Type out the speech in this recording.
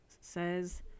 says